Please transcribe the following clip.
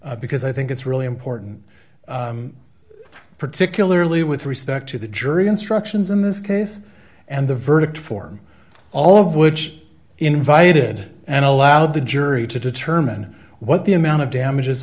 preview because i think it's really important particularly with respect to the jury instructions in this case and the verdict form all of which invited and allowed the jury to determine what the amount of damages